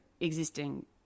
existing